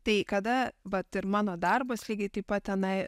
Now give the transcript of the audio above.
tai kada vat ir mano darbas lygiai taip pat tenai